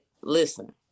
Listen